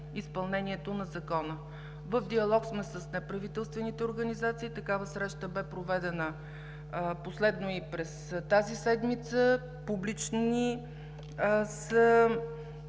изпълнението на Закона. В диалог сме с неправителствените организации. Такава среща бе проведена последно и през тази седмица. Публични са